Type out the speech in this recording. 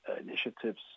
initiatives